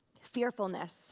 Fearfulness